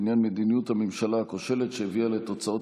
בעניין מדיניות הממשלה הכושלת שהביאה לתוצאות